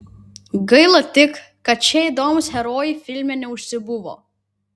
gaila tik kad šie įdomūs herojai filme neužsibuvo